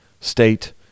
state